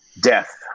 death